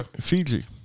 Fiji